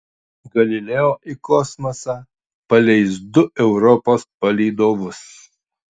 galileo į kosmosą paleis du europos palydovus